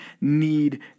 need